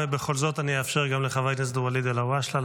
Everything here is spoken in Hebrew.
ובכל זאת אני אאפשר גם לחבר הכנסת ואליד אלהואשלה,